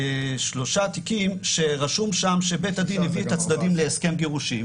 יש שלושה תיקים שרשום בהם שבית הדין הביא את הצדדים להסכם גירושין.